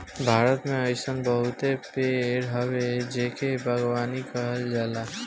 भारत में अइसन बहुते पेड़ हवे जेकर बागवानी कईल जाला